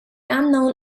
unknown